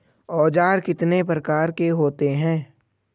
औज़ार कितने प्रकार के होते हैं?